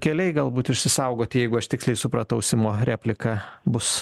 keliai galbūt išsisaugoti jeigu aš tiksliai supratau simo repliką bus